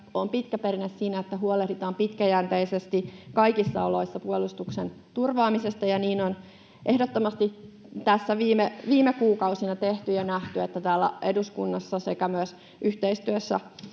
on pitkä perinne siinä, että huolehditaan pitkäjänteisesti kaikissa oloissa puolustuksen turvaamisesta, ja niin on ehdottomasti viime kuukausina tehty ja nähty, että täällä eduskunnassa sekä myös yhteistyössä